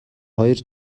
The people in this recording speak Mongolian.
хоёр